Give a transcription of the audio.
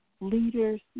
leaders